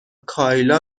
کایلا